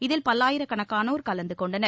இதில் பல்லாயிரக்கணக்கானோர் கலந்து கொண்டனர்